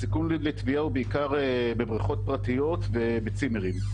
הסיכון לטביעה הוא בעיקר בבריכות פרטיות ובצימרים,